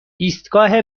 ایستگاه